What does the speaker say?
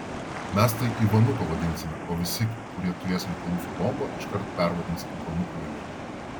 mes tai ivanu pavadinsime o visi kurie turės reikalų su bomba iškart pervadins ivanu kvailiu